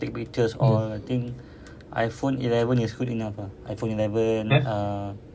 take pictures all I think iphone eleven is good enough ah iphone eleven uh